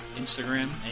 Instagram